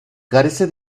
carece